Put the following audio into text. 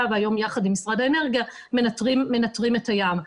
והיום יחד עם משרד האנרגיה מנתרים את הים.